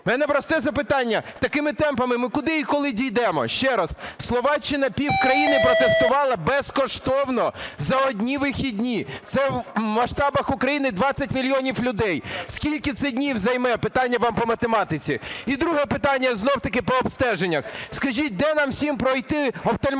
У мене просте запитання: такими темпами ми куди і коли дійдемо? Ще раз, Словаччина півкраїни протестувала безкоштовно за одні вихідні, це в масштабах України – 20 мільйонів людей. Скільки це днів займе, питання вам по математиці? І друге питання: знов-таки по обстеженнях. Скажіть, де нам усім пройти офтальмологічне